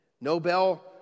Nobel